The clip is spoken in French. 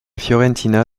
fiorentina